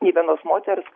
nė vienos moters